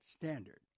standard